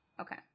Okay